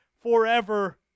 forever